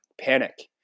panic